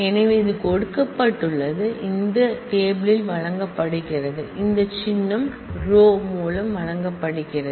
எனவே இது கொடுக்கப்பட்டுள்ளது இது இந்த டேபிள் ல் வழங்கப்படுகிறது இந்த சின்னம் Ρ மூலம் வழங்கப்படுகிறது